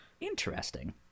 interesting